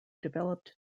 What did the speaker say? developed